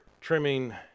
trimming